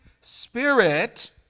Spirit